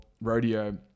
Rodeo